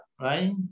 right